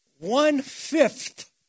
one-fifth